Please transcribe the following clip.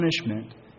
punishment